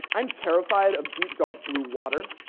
i'm terrified of deep, dark, blue water.